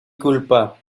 culpa